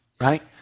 right